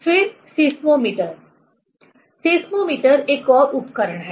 फिर seismometer seismometer एक और उपकरण है